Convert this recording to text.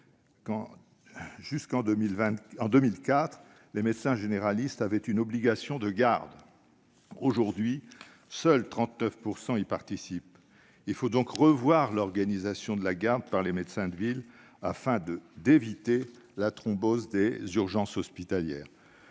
jusqu'en 2004, les médecins généralistes avaient une obligation de garde. Aujourd'hui, seuls 39 % d'entre eux y participent. Il faut donc revoir l'organisation de la garde par les médecins de ville afin d'éviter la thrombose des urgences hospitalières.